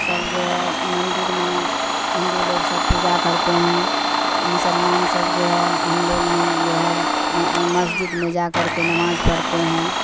سب جو ہے مندر میں ہندو لوگ سب پوجا کرتے ہیں مسلمان سب جو ہے ہم لوگ میں جو ہے مسجد میں جا کر کے نماز پڑھتے ہیں